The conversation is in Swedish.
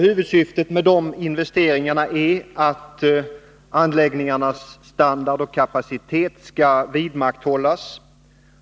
Huvudsyftet med dessa investeringar är att anläggningarnasstandard och kapacitet skall vidmakthållas,